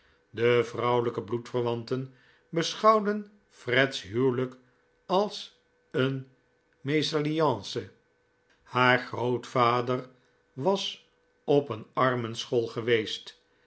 de vrouwelijke bloedverwanten beschouwden freds huwelijk als een mesalliance haar grootvader was op een armenschool geweest